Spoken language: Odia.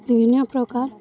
ବିଭିନ୍ନ ପ୍ରକାର